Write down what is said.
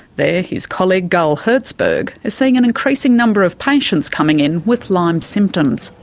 there his colleague gull herzberg is seeing an increasing number of patients coming in with lyme symptoms.